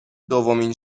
دومین